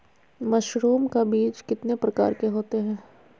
Mushroom का बीज कितने प्रकार के होते है?